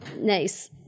nice